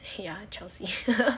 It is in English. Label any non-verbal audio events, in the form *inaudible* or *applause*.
okay lah chelsea *laughs*